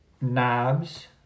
Knobs